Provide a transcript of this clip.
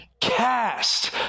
Cast